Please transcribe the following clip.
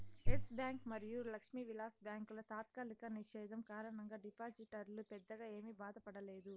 yes bank మరియు లక్ష్మీ విలాస్ బ్యాంకుల తాత్కాలిక నిషేధం కారణంగా డిపాజిటర్లు పెద్దగా ఏమీ బాధపడలేదు